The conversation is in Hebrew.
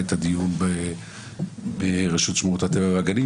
את הדיון בקשר לרשות שמורת הטבע והגנים.